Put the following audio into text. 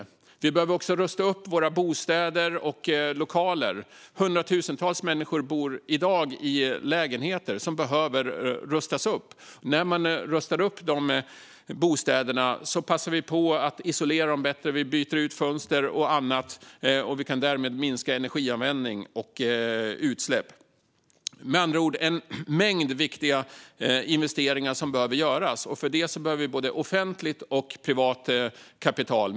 Vi behöver också rusta upp våra bostäder och lokaler. Hundratusentals människor bor i dag i lägenheter som behöver rustas upp. När dessa bostäder rustas upp passar vi på att isolera dem bättre, byta ut fönster och annat. Därmed kan vi minska energianvändningen och utsläppen. Det är med andra ord en mängd viktiga investeringar som behöver göras. För det behöver vi både offentligt och privat kapital.